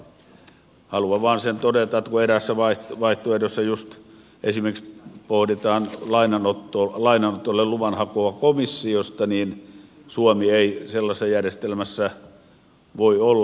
haluan vain sen todeta että kun eräässä vaihtoehdossa esimerkiksi pohditaan lainanotolle luvanhakua komissiosta niin suomi ei sellaisessa järjestelmässä voi olla